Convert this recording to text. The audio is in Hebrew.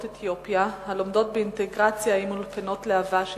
אתיופיה הלומדות באינטגרציה עם אולפנת להב"ה שביישוב.